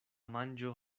manĝo